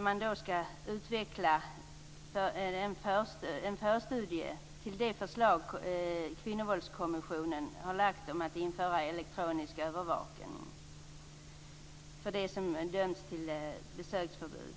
man utveckla en förstudie till det förslag som Kvinnovåldskommissionen har lagt fram om att man skall införa elektronisk övervakning för dem som döms till besöksförbud.